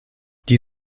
die